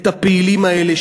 את הפעילים האלה,